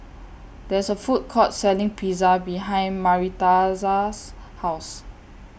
There IS A Food Court Selling Pizza behind Maritza's House